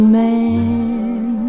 man